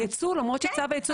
שלום, צהרים טובים.